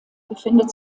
befindet